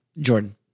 Jordan